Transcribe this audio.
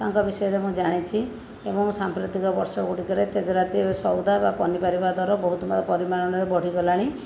ତାଙ୍କ ବିଷୟରେ ମୁଁ ଜାଣିଛି ଏବଂ ସାମ୍ପ୍ରତିକ ବର୍ଷ ଗୁଡ଼ିକରେ ତେଜେରାତି ସଉଦା ବା ପନିପରିବା ଦର ବହୁତ ମା ପରିମାଣର ବଢ଼ିଗଲାଣି